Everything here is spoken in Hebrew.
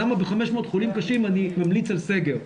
למה ב-500 חולים קשים אני ממליץ על סגר.